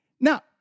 now